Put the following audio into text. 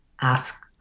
ask